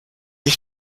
ich